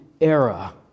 era